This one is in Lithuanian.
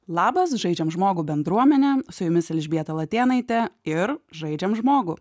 labas žaidžiam žmogų bendruomene su jumis elžbieta latėnaitė ir žaidžiam žmogų